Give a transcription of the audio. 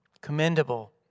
commendable